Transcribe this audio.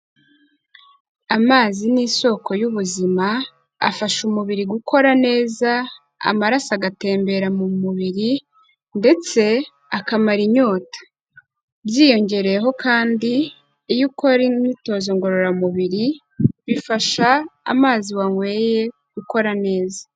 Amazi nisoko y'ubuzima, afasha umubiri gukora neza, amaraso agatembera mu mubiri ndetse akamara inyota. Byiyongeyeho kandi, iyo ukora imyitozo ngororamubiri, bifasha amazi wanyweye gukora neza.